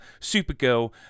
Supergirl